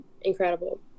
Incredible